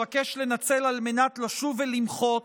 אבקש לנצל על מנת לשוב ולמחות